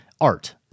art